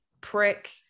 prick